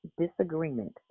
disagreement